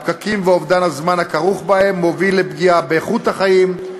הפקקים ואובדן הזמן הכרוך בהם מובילים לפגיעה באיכות החיים,